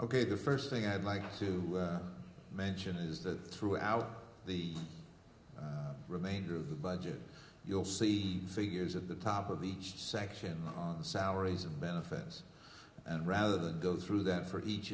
ok the first thing i'd like to mention is that throughout the remainder of the budget you'll see figures of the top of each section on the salaries of benefits and rather than go through that for each